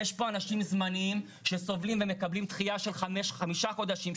יש פה אנשים זמניים שסובלים ומקבלים דחייה של חמישה חודשים,